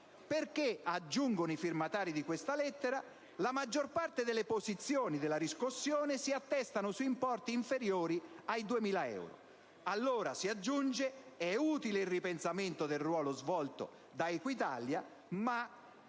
perché - aggiungono i firmatari di questa lettera - la maggior parte delle posizioni della riscossione si attesta su importi inferiori ai 2.000 euro. Allora, si aggiunge, è utile il ripensamento del ruolo svolto da Equitalia, ma